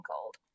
cold